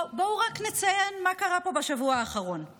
בואו רק נציין מה קרה פה בשבוע האחרון: